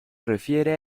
refiere